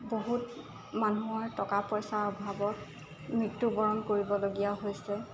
বহুত মানুহৰ টকা পইচাৰ অভাৱত মৃত্যুবৰণ কৰিবলগীয়া হৈছে